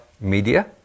media